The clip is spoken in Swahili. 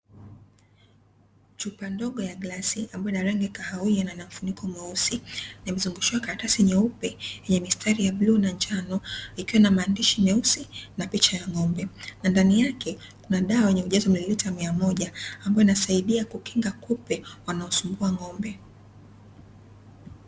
Chupa ndogo ya glasi ambayo ina rangi ya kahawia na ina mfuniko mweusi. Imezungushiwa karatasi nyeupe yenye mistari ya bluu na njano, ikiwa na maaandishi meusi na picha ya ng'ombe. Na ndani yake kuna dawa yenye ujazo wa mililita mia moja, ambayo inasaidia kukinga kupe wanaosumbua ng'ombe.